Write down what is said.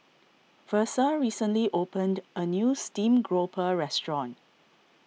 Versa recently opened a new Steamed Grouper restaurant